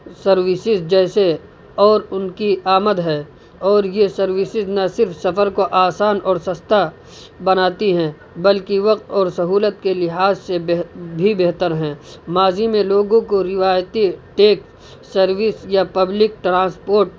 services جیسے اور ان کی آمد ہے اور یہ سروسز نہ صرف سفر کو آسان اور سستا بناتی ہیں بلکہ وقت اور سہولت کے لحاظ سے بھی بہتر ہیں ماضی میں لوگوں کو روایتی ٹیک سروس یا پبلک ٹرانسپورٹ